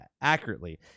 accurately